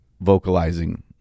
vocalizing